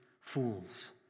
fools